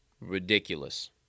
Ridiculous